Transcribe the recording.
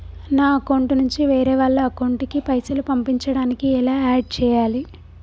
నా అకౌంట్ నుంచి వేరే వాళ్ల అకౌంట్ కి పైసలు పంపించడానికి ఎలా ఆడ్ చేయాలి?